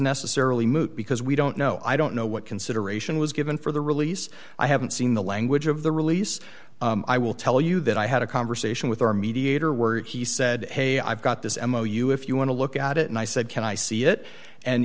necessarily moot because we don't know i don't no what consideration was given for the release i haven't seen the language of the release i will tell you that i had a conversation with our mediator or he said hey i've got this m o you if you want to look at it and i said can i see it and